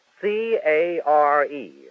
C-A-R-E